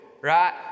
right